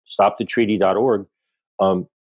stopthetreaty.org